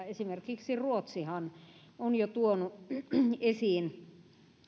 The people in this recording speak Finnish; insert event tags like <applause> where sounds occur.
<unintelligible> esimerkiksi ruotsihan on jo tuonut esiin